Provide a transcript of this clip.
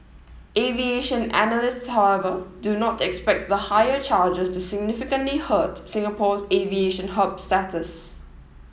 aviation analysts however do not expect the higher charges to significantly hurt Singapore's aviation hub status